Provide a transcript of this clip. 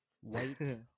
White